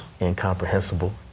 incomprehensible